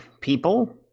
people